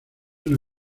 una